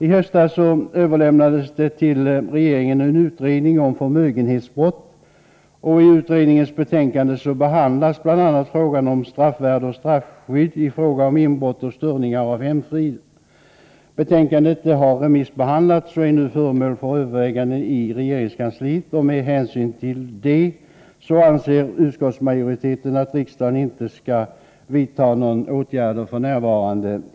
I höstas överlämnades till regeringen ett utredningsbetänkande om förmögenhetsbrott. I betänkandet behandlas bl.a. frågan om straffvärde och straffskydd i fråga om inbrott och störningar av hemfriden. Betänkandet har remissbehandlats och är nu föremål för överväganden i regeringskansliet. Med hänsyn till detta anser utskottsmajoriteten att riksdagen inte nu skall vidta någon åtgärd i frågan.